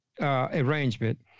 arrangement